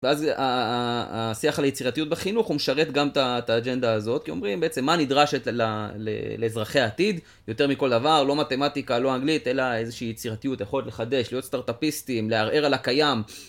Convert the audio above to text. ואז השיח על היצירתיות בחינוך הוא משרת גם את האג'נדה הזאת, כי אומרים בעצם מה נדרשת לאזרחי העתיד יותר מכל דבר, לא מתמטיקה, לא אנגלית, אלא איזושהי יצירתיות, יכולת לחדש, להיות סטארט-אפיסטים, לערער על הקיים.